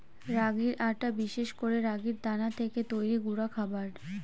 রাগির আটা বিশেষ করে রাগির দানা থেকে তৈরি গুঁডা খাবার